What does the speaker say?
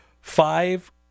five